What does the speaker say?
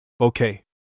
Okay